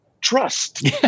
trust